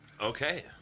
Okay